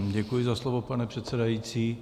Děkuji za slovo, pane předsedající.